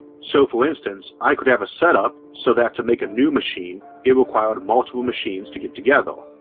so for instance i could have a setup so that to make a new machine it required multiple machines to get together,